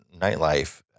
nightlife